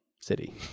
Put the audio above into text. City